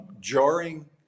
jarring